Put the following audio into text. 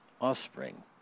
offspring